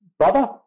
Brother